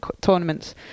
tournaments